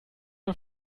der